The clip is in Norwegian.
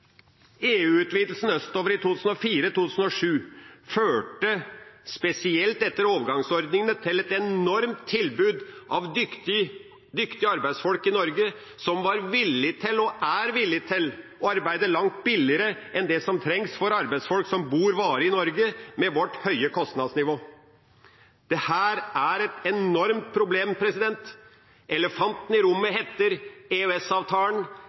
østover i 2004 og 2007 førte i Norge, spesielt etter overgangsordningen, til et enormt tilbud av dyktige arbeidsfolk som var villige til, og er villige til, å arbeide langt billigere enn det som trengs for arbeidsfolk som bor varig i Norge, med vårt høye kostnadsnivå. Dette er et enormt problem. Elefanten i rommet